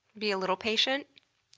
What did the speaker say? be a little patient?